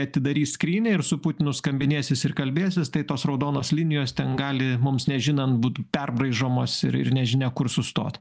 atidarys skrynią ir su putinu skambinėsis ir kalbėsis tai tos raudonos linijos ten gali mums nežinant būt perbraižomos ir ir nežinia kur sustot